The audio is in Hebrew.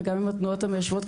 וגם עם התנועות המיישבות,